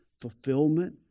fulfillment